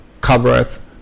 covereth